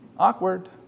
Awkward